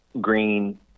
green